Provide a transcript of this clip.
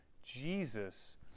Jesus